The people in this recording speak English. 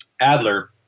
Adler